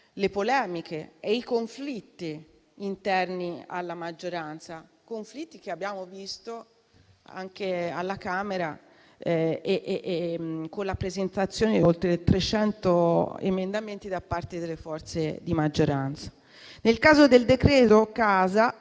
le polemiche e i conflitti interni alla maggioranza; conflitti che abbiamo visto anche alla Camera con la presentazione di oltre 300 emendamenti da parte delle forze di maggioranza. Nel caso del decreto casa